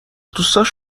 دوستاش